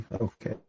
Okay